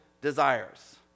desires